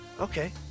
Okay